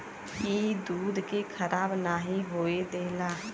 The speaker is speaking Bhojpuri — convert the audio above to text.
ई दूध के खराब नाही होए देला